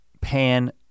pan